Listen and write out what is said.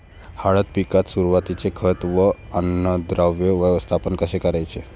हळद पिकात सुरुवातीचे खत व अन्नद्रव्य व्यवस्थापन कसे करायचे?